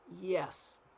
Yes